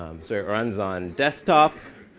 um so it runs on desktop